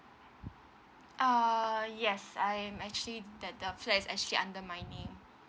err yes I am actually then the flat is actually under my name